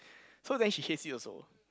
so then she hates it also